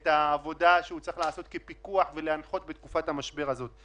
את עבודת הפיקוח וההנחיה שהוא צריך לעשות בתקופת המשבר הזאת.